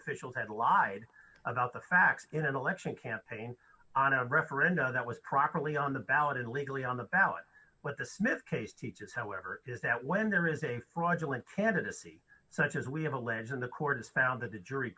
officials had lied about the facts in an election campaign on a referendum that was properly on the ballot is legally on the ballot what the smith case teaches however is that when there is a fraudulent candidacy such as we have alleged and the courts found that a jury